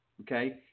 Okay